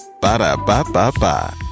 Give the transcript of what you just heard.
Ba-da-ba-ba-ba